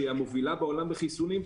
שהיא המובילה בעולם בחיסונים,